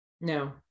No